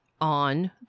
on